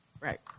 Right